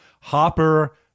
Hopper